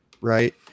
right